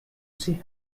see